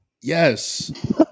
Yes